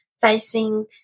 facing